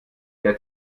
der